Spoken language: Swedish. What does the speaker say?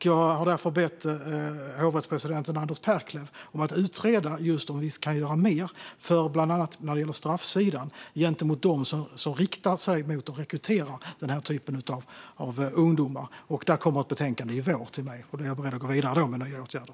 Jag har därför bett hovrättspresidenten Anders Perklev att utreda om vi kan göra mer bland annat när det gäller straffsidan gentemot dem som riktar sig mot och rekryterar den här typen av ungdomar. Det kommer ett betänkande till mig i vår, och jag är beredd att då gå vidare med nya åtgärder.